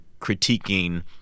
critiquing